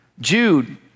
Jude